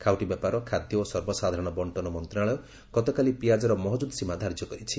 ଖାଉଟି ବ୍ୟାପାର ଖାଦ୍ୟ ଓ ସର୍ବସାଧାରଣ ବଣ୍ଟନ ମନ୍ତ୍ରଣାଳୟ ଗତକାଲି ପିଆଜର ମହଜୁଦ ସୀମା ଧାର୍ଯ୍ୟ କରିଛି